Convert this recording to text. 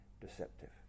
deceptive